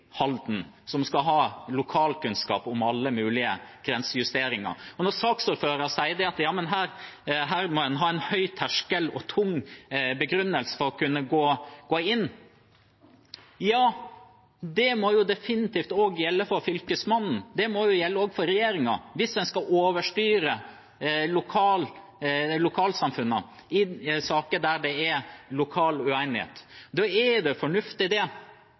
Halden – lokalkunnskap om alle mulige grensejusteringer. Når saksordføreren sier at her må en ha en høy terskel og en tung begrunnelse for å kunne gå inn – ja, da må det definitivt også gjelde for Fylkesmannen. Det må også gjelde for regjeringen – hvis en skal overstyre lokalsamfunnene i saker der det er lokal uenighet. Da er det fornuftig at det